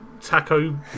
taco